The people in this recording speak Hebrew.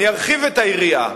אני ארחיב את היריעה.